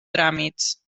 tràmits